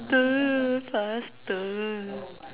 faster faster